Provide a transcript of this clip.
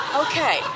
Okay